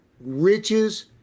riches